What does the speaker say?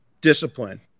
discipline